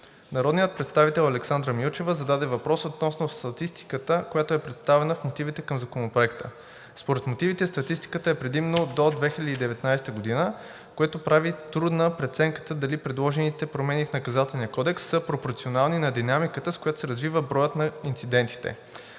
Народният представител Александра Милчева зададе въпрос относно статистиката, която е представена в мотивите към Законопроекта. Според мотивите статистиката е предимно до 2019 г., което прави трудна преценката дали предложените промени в Наказателния кодекс са пропорционални на динамиката, с която се развива броят на инцидентите.